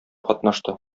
катнашты